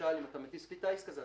למשל אם מטיסים כלי טיס כזה,